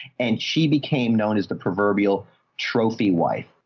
and she became known as the proverbial trophy wife.